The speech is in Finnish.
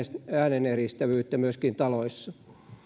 ääneneristävyyttä taloissa